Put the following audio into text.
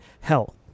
hell